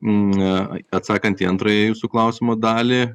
na atsakant į antrąjį jūsų klausimo dalį